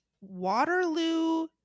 waterloo